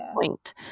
Point